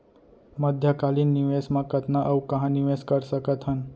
मध्यकालीन निवेश म कतना अऊ कहाँ निवेश कर सकत हन?